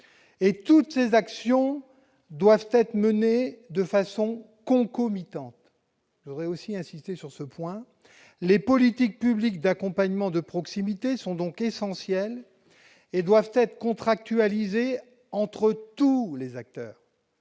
Toutes ces actions doivent être menées de façon concomitante. Dans ces quartiers, les politiques publiques d'accompagnement de proximité sont essentielles et doivent être contractualisées entre tous les acteurs